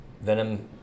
Venom